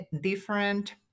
different